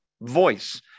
voice